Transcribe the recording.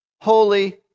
holy